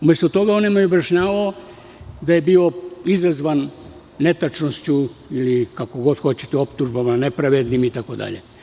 Umesto toga on nam je objašnjavao da je bio izazvan netačnošću ili kako god hoćete, optužbama nepravednim itd.